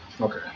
Okay